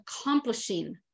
accomplishing